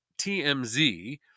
TMZ